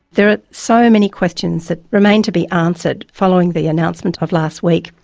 there are so many questions that remain to be answered following the announcement of last week.